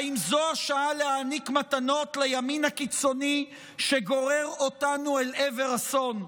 האם זו השעה להעניק מתנות לימין הקיצוני שגורר אותנו אל עבר אסון?